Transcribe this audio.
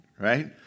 right